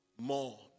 more